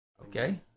Okay